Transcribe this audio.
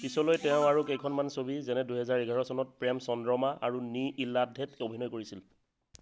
পিছলৈ তেওঁ আৰু কেইখনমান ছবি যেনে দুই হাজাৰ এঘাৰ চনত প্ৰেম চন্দ্ৰমা আৰু নী ইল্লাধেত অভিনয় কৰিছিল